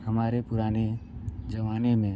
हमारे पुराने ज़माने में